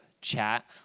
chat